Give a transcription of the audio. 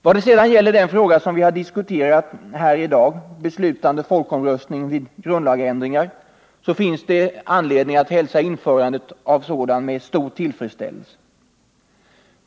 När det sedan gäller den fråga som vi har diskuterat här i dag, beslutande folkomröstning vid grundlagsändringar, så finns det anledning att hälsa införandet av sådan folkomröstning med stor tillfredsställelse.